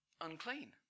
unclean